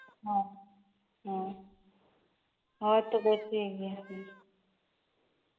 ᱦᱚᱸ ᱦᱮᱸ ᱦᱳᱭ ᱛᱚᱵᱮ ᱴᱷᱤᱠ ᱜᱮᱭᱟ